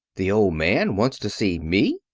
the old man wants to see me?